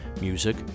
music